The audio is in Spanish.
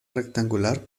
rectangular